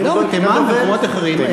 לא, בתימן ומקומות אחרים.